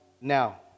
now